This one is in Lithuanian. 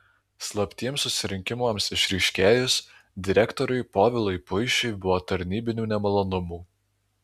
slaptiems susirinkimams išryškėjus direktoriui povilui puišiui buvo tarnybinių nemalonumų